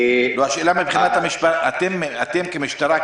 אתם כמשטרה,